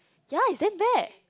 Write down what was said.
ya it's damn bad